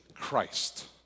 Christ